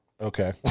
Okay